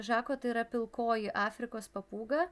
žako tai yra pilkoji afrikos papūga